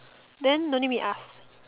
then don't need meet us